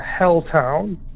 Helltown